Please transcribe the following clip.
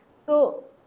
so